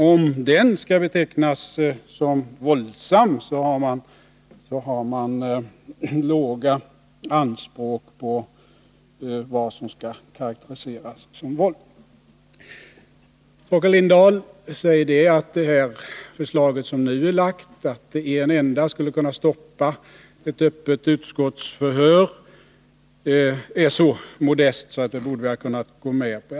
Om den skall betecknas som våldsam, har man låga anspråk på vad som skall karakteriseras som våld. Torkel Lindahl säger att det nu framlagda förslaget om att en enda ledamot skulle kunna stoppa anordnandet av ett öppet utskottsförhör är så modest, att vi borde ha kunnat gå med på det.